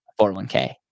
401k